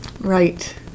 Right